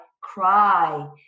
cry